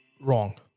Wrong